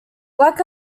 like